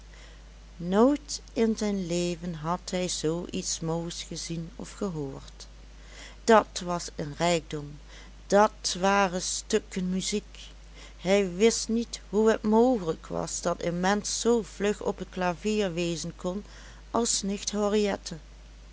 nooit in zijn leven had hij zoo iets moois gezien of gehoord dat was een rijkdom dat waren stukken muziek hij wist niet hoe het mogelijk was dat een mensch zoo vlug op t klavier wezen kon als nicht